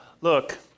Look